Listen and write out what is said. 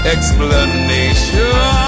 Explanation